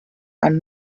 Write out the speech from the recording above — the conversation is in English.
and